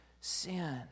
sin